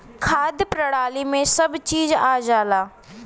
खाद्य प्रणाली में सब चीज आ जाला